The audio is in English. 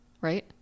right